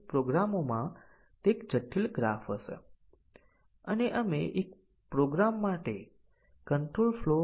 અને તેથી basic condition ની કવરેજ પ્રાપ્ત થાય છે જ્યારે ડીસીઝન કવરેજ પ્રાપ્ત થતો નથી